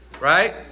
right